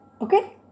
Okay